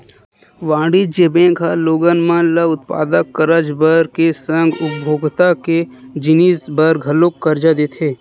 वाणिज्य बेंक ह लोगन मन ल उत्पादक करज बर के संग उपभोक्ता के जिनिस बर घलोक करजा देथे